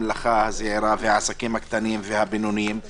של המלאכה הזעירה ושל העסקים הקטנים והבינוניים היא